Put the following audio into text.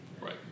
Right